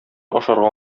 ашарга